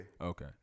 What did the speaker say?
Okay